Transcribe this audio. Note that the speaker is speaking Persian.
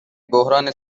بحران